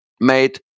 made